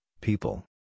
people